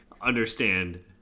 understand